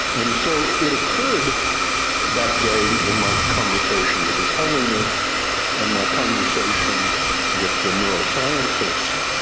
and so it occurred that day in my conversation with his holiness and my conversation with the neuroscientists,